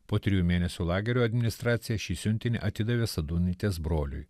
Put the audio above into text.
po trijų mėnesių lagerio administracija šį siuntinį atidavė sadūnaitės broliui